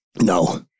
No